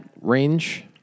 range